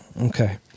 Okay